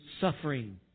suffering